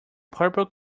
purple